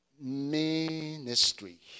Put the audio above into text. ministry